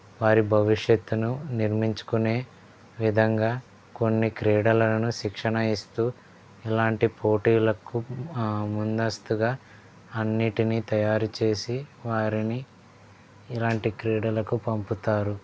వారి భవిష్యత్తును నిర్మించుకునే విధంగా కొన్ని క్రీడలను శిక్షణ ఇస్తు ఇలాంటి పోటీలకు ముందస్తుగా అన్నింటిని తయారుచేసి వారిని ఇలాంటి క్రీడలకు పంపుతారు